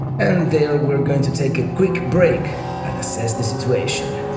and there we're going to take a quick break and assess the situation.